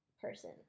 person